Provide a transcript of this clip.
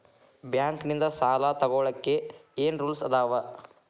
Bank ನಿಂದ್ ಸಾಲ ತೊಗೋಳಕ್ಕೆ ಏನ್ ರೂಲ್ಸ್ ಅದಾವ?